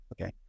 Okay